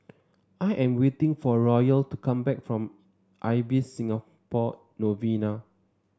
I am waiting for Royal to come back from Ibis Singapore Novena